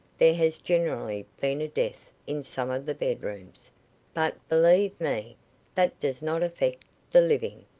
there has generally been a death in some of the bedrooms but believe me, that does not affect the living.